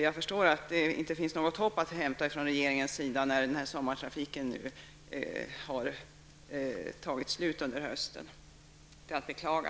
Jag förstår att det inte finns något hopp att hämta från regeringen när sommartrafiken upphör till hösten. Det är att beklaga.